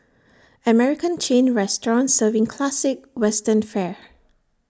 American chain restaurant serving classic western fare